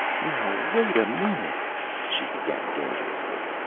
now wait a minute she began dangerously.